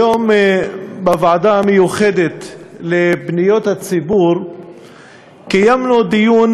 היום בוועדה המיוחדת לפניות הציבור קיימנו דיון